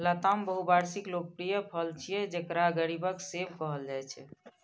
लताम बहुवार्षिक लोकप्रिय फल छियै, जेकरा गरीबक सेब कहल जाइ छै